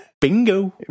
Bingo